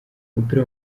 umupira